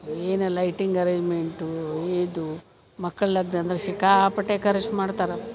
ಏನು lighting arrangement ಇದು ಮಕ್ಳು ಲಗ್ನ ಅಂದ್ರೆ ಸಿಕ್ಕಾಪಟ್ಟೆ ಖರ್ಚು ಮಾಡ್ತಾರೆ